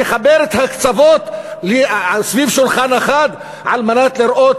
לחבר את הקצוות סביב שולחן אחד כדי לראות